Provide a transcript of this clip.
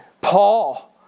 Paul